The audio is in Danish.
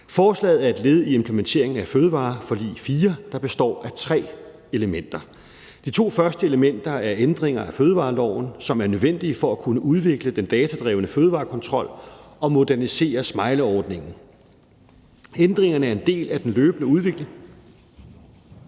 Forslaget er et led i implementeringen af »Fødevareforlig 4«, der består af tre elementer. De to første elementer er ændringer af fødevareloven, som er nødvendige for at kunne udvikle den datadrevne fødevarekontrol og modernisere smileyordningen. Ændringerne er en del af den løbende udvikling